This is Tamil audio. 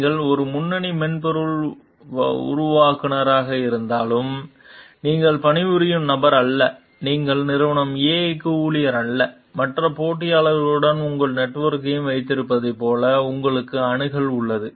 நீங்கள் ஒரு முன்னணி மென்பொருள் உருவாக்குநராக இருந்தாலும் நீங்கள் பணிபுரியும் நபர் அல்ல நீங்கள் நிறுவனம் A க்கு ஊழியர் அல்ல மற்ற போட்டியாளர்களுடன் உங்கள் நெட்வொர்க்கையும் வைத்திருப்பதைப் போல உங்களுக்கு அணுகல் உள்ளது